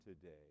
today